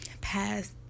past